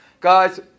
Guys